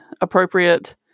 appropriate